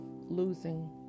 losing